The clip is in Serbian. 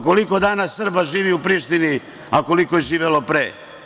Koliko danas Srba živi u Prištini a koliko je živelo pre?